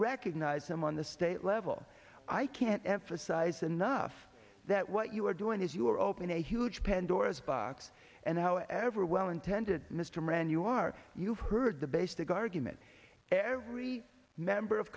recognized them on the state level i can't emphasize enough that what you're doing is you're open a huge pandora's box and however well intended mr moran you are you've heard the basic argument every member of